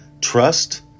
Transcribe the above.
trust